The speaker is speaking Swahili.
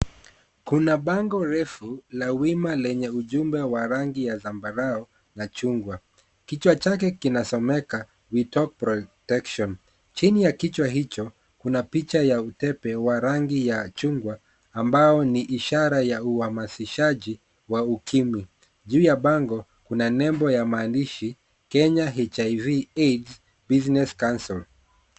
Kuna bango refu la wima lenye ujumbe wa rangi ya zambarau na chungwa. Kichwa chake kinasomeka, we talk protection. Chini ya kichwa hicho kuna picha ya utepe wa rangi ya chungwa, ambayo ni ishara ya uhamasishaji wa ukimwi. Juu ya bango kuna nembo ya maandishi, Kenya HIV AIDS business council.